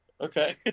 Okay